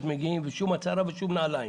מגיעים ולא נדרשת שום הצהרה ושום נעליים.